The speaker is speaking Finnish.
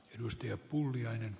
arvoisa puhemies